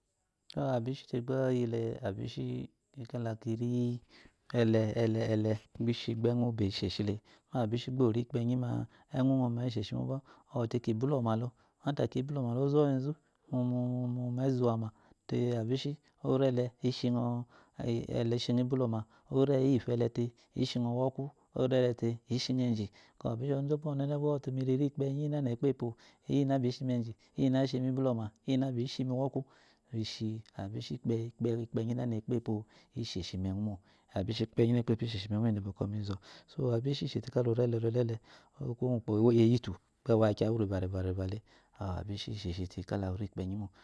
Aba abishi tegba yile abishi kala kiri ɛle ɛle ɛle gba shi gba eøu ishshi le mo abishi abori ikpenyi ma ɛøu øɔ ma ishoshi moba ɔzɔte kibulɔma, mata kibatɔma ozɛyizu mu mu ezu iwana te abishi ori ele ishi øɔ ele gɔ ibulama ori iyifo elete ishiøɔ wɔku ori iyi fo elete ishiøɔ wɔku ora elete ishøɔ eyi tɔ gbishi iyi ozu leri ikeyi nama miri ikpapu iyina abi shimi eji iyina gbi shimi ibubma iyima gbi shimi wɔku ishi abishi ikpenyi nana ikpepo isheshi meøu moi abishiikpenyi nana ikepo iyi mizɔte ishshi meyu mole le e-e abishi ifate lori ele lori ela kuwo ngu ukpo ewo eyitu kyawu ribariba le awu abishi ishshi te kqla lori ikpenyimɔ